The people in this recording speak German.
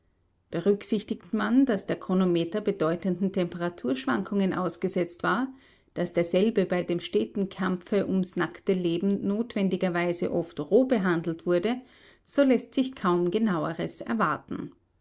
berücksichtigt man daß der chronometer bedeutenden temperaturschwankungen ausgesetzt war daß derselbe bei dem steten kampfe ums nackte leben notwendigerweise oft roh behandelt wurde so läßt sich kaum genaueres erwarten